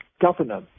governor